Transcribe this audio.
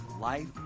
Life